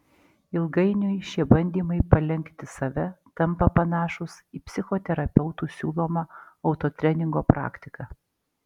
ilgainiui šie bandymai palenkti save tampa panašūs į psichoterapeutų siūlomą autotreningo praktiką